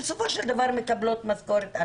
והן בסופו של דבר מקבלות משכורת.